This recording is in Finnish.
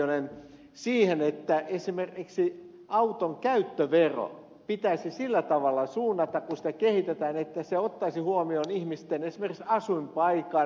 reijonen siihen että esimerkiksi auton käyttövero pitäisi sillä tavalla suunnata kun sitä kehitetään että se ottaisi huomioon esimerkiksi ihmisten asuinpaikan